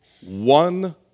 one